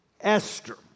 Esther